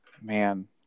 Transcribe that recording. Man